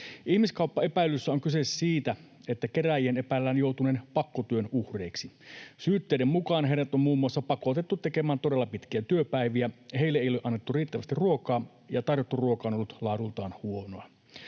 Ihmiskauppaepäilyssä on kyse siitä, että kerääjien epäillään joutuneen pakkotyön uhreiksi. Syytteiden mukaan heidät on muun muassa pakotettu tekemään todella pitkiä työpäiviä, heille ei ole annettu riittävästi ruokaa ja tarjottu ruoka on ollut laadultaan huonoa.